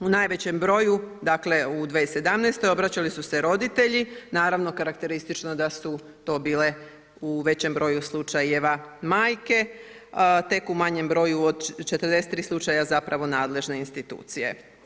U najvećem broju u 2017. obraćali su se roditelji, naravno, karakteristično da su to bile u većem broju slučajeva majke, tek u manjem broju, od 43 slučaja zapravo nadležne institucije.